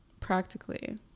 practically